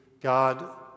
god